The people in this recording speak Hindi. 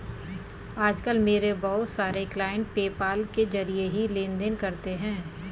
आज कल मेरे बहुत सारे क्लाइंट पेपाल के जरिये ही लेन देन करते है